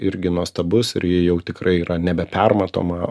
irgi nuostabus ir ji jau tikrai yra nebe permatoma